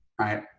right